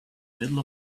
middle